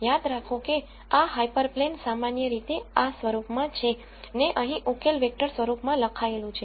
યાદ રાખો કે આ હાયપરપ્લેન સામાન્ય રીતે આ સ્વરૂપ માં છે ને અહીં ઉકેલ વેક્ટર સ્વરૂપમાં લખાયેલું છે